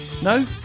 No